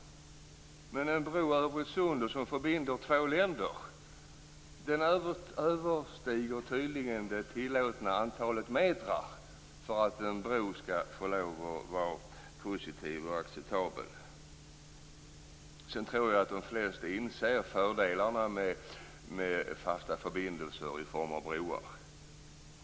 Men en bro över Öresund som förbinder två länder överstiger tydligen det tillåtna antalet meter för att en bro skall vara positiv och acceptabel. Sedan tror jag att de flesta inser fördelarna med fasta förbindelser i form av broar.